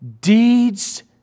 deeds